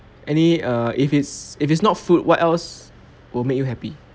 any err if it's if it's not food what else will make you happy